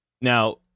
Now